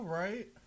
right